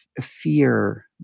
fear